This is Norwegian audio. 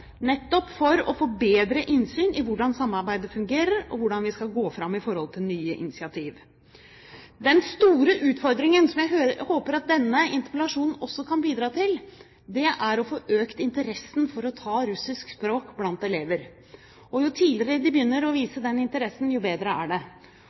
for nettopp å få bedre innsyn i hvordan samarbeidet fungerer, og hvordan vi skal gå fram med hensyn til nye initiativ. Den store utfordringen, og jeg håper at denne interpellasjonen kan bidra her, er å få økt interessen blant elever for å ta russisk språk, og jo tidligere de begynner å